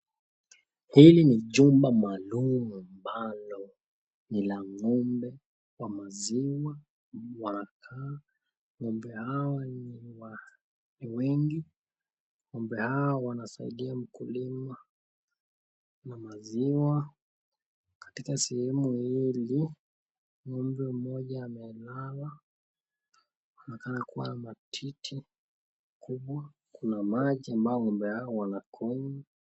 Hili ni jumba maalum ambalo ni la ng'ombe wa maziwa. Ng'ombe hawa ni wa wengi. Ng'ombe hawa wanasaidia mkulima na maziwa. Katika sehemu hili ng'ombe mmoja amelala. Anakana kuwa na matiti kubwa. Kuna maji ambayo ng'ombe hawa wanakunywa.